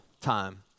time